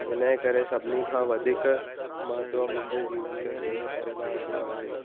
हिन जे करे सभिनी खां वधीक महत्व मुंहिंजे जीवन में मुंहिंजे परिवार जो आहे